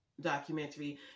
documentary